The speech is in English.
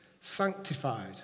sanctified